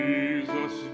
Jesus